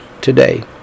today